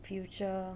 future